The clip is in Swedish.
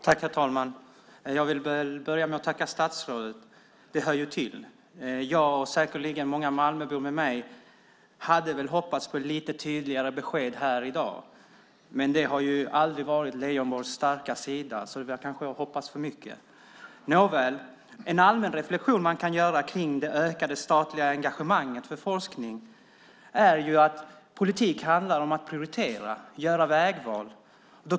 Herr talman! Jag vill börja med att tacka statsrådet. Det hör ju till. Jag med många Malmöbor hade hoppats på lite tydligare besked här i dag. Men det har aldrig varit Leijonborgs starka sida, så det hade varit att hoppas för mycket. En allmän reflexion som man kan göra om det ökade statliga engagemanget för forskning är att politik handlar om att prioritera och göra vägval.